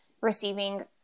receiving